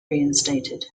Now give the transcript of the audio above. reinstated